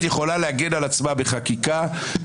כן, אבל פה יש חוקים שלמים שהם חופפים.